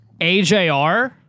AJR